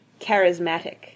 charismatic